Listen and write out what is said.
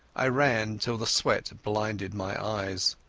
i ran till the sweat blinded my eyes.